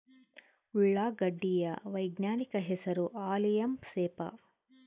ಉಳ್ಳಾಗಡ್ಡಿ ಯ ವೈಜ್ಞಾನಿಕ ಹೆಸರು ಅಲಿಯಂ ಸೆಪಾ